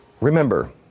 Remember